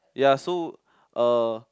ya so uh